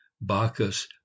Bacchus